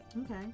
Okay